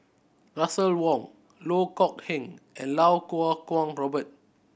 Russel Wong Loh Kok Heng and Iau Kuo Kwong Robert